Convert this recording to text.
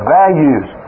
values